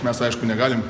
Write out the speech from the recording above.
mes aišku negalim